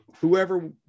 whoever